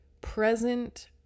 present